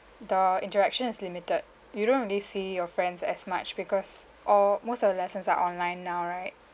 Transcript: the interaction is limited you don't really see your friends as much because all most of the lessons are online now right